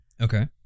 Okay